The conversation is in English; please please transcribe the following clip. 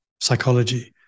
psychology